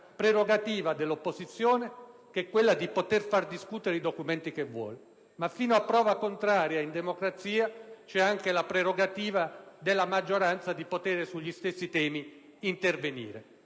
prerogativa dell'opposizione che è quella di poter far discutere i documenti che vuole, ma fino a prova contraria in democrazia c'è anche la prerogativa della maggioranza di poter intervenire